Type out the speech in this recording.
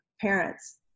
parents